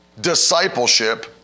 discipleship